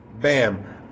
Bam